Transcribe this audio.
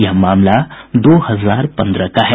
यह मामला दो हजार पन्द्रह का है